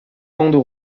bandes